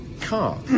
car